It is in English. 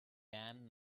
damn